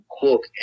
cook